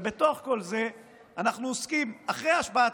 בתוך כל זה אנחנו עוסקים אחרי השבעת